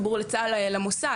למוסד.